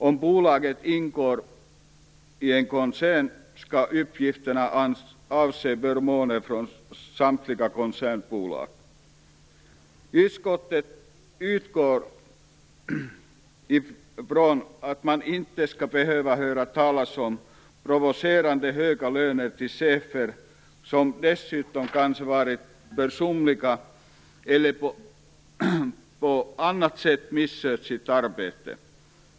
Om bolaget ingår i en koncern skall uppgifterna avse förmåner från samtliga koncernbolag. Utskottet utgår från att man inte skall behöva höra talas om provocerande höga löner till chefer som dessutom kanske varit försumliga eller på annat sätt misskött sitt arbete.